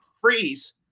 freeze